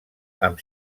amb